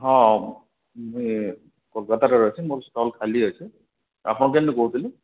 ହଁ ମୁଇଁ କୋଲକାତାରେ ଅଛି ମୋର୍ ଷ୍ଟଲ୍ ଖାଲି ଅଛି ଆପଣ କେନ୍ଠୁ କହୁଥିଲେ